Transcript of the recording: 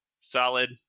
Solid